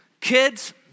kids